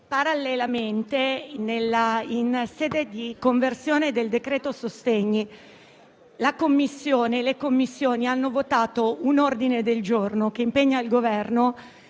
parallelamente, in sede di conversione del decreto-legge sostegni, le Commissioni riunite hanno votato un ordine del giorno, che impegna il Governo